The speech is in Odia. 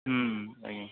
ଆଜ୍ଞା